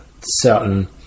certain